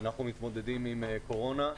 אנחנו מתמודדים עם קורונה.